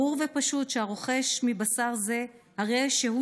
"ברור ופשוט שהרוכש מבשר זה הרי שהוא